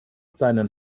seinen